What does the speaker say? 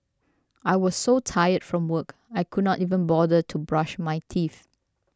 I was so tired from work I could not even bother to brush my teeth